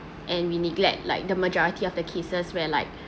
and we neglect like the majority of the cases where like